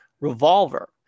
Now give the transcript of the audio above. Revolver